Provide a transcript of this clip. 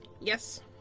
Yes